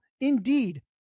Indeed